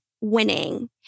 winning